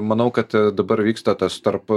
manau kad dabar vyksta tas tarp